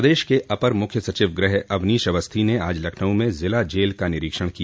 प्रदेश के अपर मुख्य सचिव गृह अवनीश अवस्थी ने आज लखनऊ में जिला जेल का निरीक्षण किया